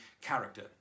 Character